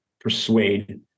persuade